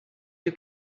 you